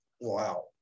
Wow